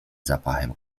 zapachem